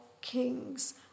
kings